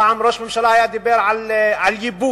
פעם ראש הממשלה דיבר על ייבוש,